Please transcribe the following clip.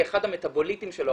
אחד המטבוליטים שלו,